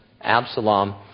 Absalom